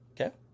Okay